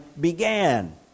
began